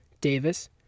Davis